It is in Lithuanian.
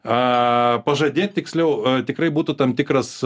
a pažadėt tiksliau tikrai būtų tam tikras